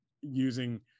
using